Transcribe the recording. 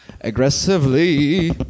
aggressively